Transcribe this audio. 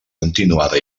continuada